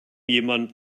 jemand